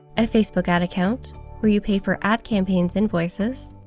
a facebook ad account where you pay for ad campaigns' invoices.